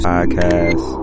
Podcast